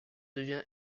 devient